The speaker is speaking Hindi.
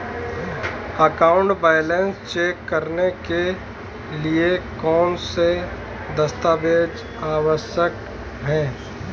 अकाउंट बैलेंस चेक करने के लिए कौनसे दस्तावेज़ आवश्यक हैं?